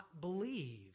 believe